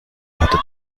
hatte